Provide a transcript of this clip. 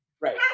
right